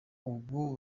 ubu